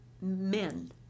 men